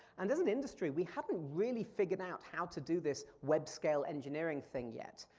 and as an industry, we haven't really figured out how to do this web scale engineering thing yet.